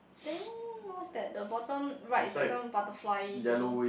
then what's that the bottom right that's one butterfly thing